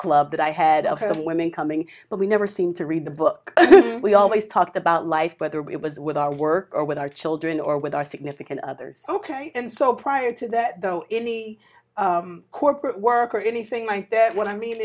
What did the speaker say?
club that i had of of women coming but we never seemed to read the book we always talked about life whether it was with our work or with our children or with our significant others ok and so prior to that though illy corporate work or anything like that what i mean